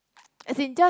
as in just